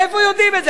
איך יודעים את זה?